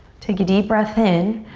take a deep breath in.